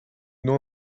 n’en